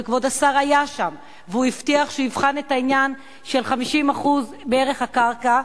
וכבוד השר היה שם והוא הבטיח שהוא יבחן את העניין של 50% מערך הקרקע,